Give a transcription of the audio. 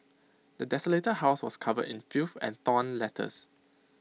the desolated house was covered in filth and torn letters